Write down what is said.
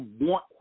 want